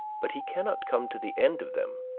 but he cannot come to the end of them.